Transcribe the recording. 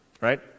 right